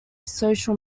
social